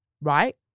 right